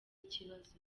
ikibazo